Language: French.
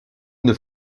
une